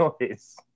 noise